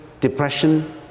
depression